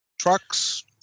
trucks